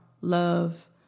love